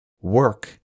Work